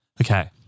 Okay